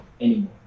anymore